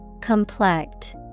Complex